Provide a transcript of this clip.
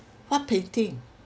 what painting